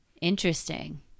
Interesting